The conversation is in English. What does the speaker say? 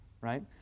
right